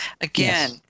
again